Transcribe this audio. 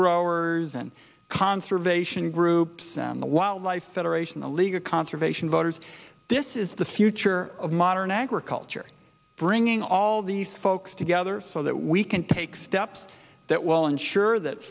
growers and conservation groups in the wildlife federation the league of conservation voters this is the future of modern agriculture bringing all these folks together so that we can take steps that will ensure that